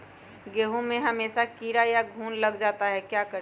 गेंहू में हमेसा कीड़ा या घुन लग जाता है क्या करें?